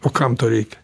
o kam to reikia